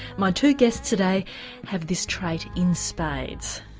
my two guests today have this trait in spades.